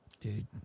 Dude